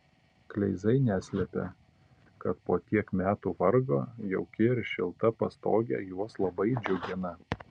kleizai neslepia kad po tiek metų vargo jauki ir šilta pastogė juos labai džiugina